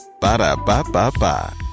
Ba-da-ba-ba-ba